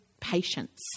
patience